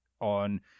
on